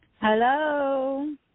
Hello